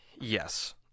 Yes